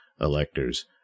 electors